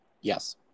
yes